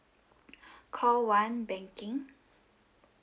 call one banking